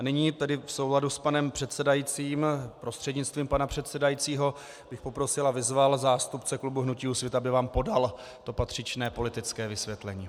Nyní tedy v souladu s panem předsedajícím, prostřednictvím pana předsedajícího bych poprosil a vyzval zástupce klubu hnutí Úsvit, aby vám podal patřičné politické vysvětlení.